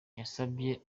yasavye